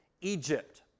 Egypt